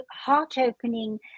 heart-opening